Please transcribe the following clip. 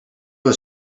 was